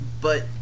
but-